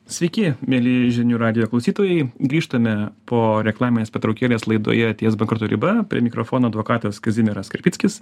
sveiki mieli žinių radijo klausytojai grįžtame po reklaminės pertraukėlės laidoje ties bankroto riba prie mikrofono advokatas kazimieras karpickis